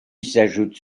s’ajoutent